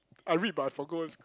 I read but I forgot